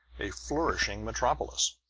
a flourishing metropolis,